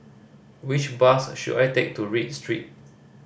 which bus should I take to Read Street